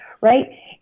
right